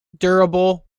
durable